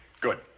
Good